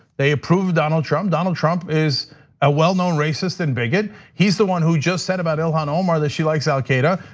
they approve of donald trump. donald trump is a well-known racist and bigot. he's the one who just said about ilhan omar that she likes al qaeda.